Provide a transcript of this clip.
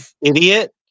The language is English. Idiot